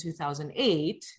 2008